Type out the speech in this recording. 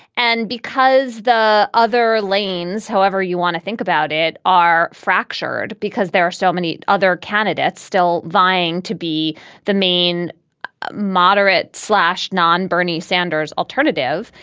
and because the other lanes, however you want to think about it, are fractured because there are so many other candidates still vying to be the main moderate slash non bernie sanders alternative.